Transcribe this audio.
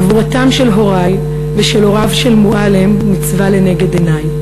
גבורתם של הורי ושל הוריו של מועלם ניצבה לנגד עיני.